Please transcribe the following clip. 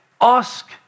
Ask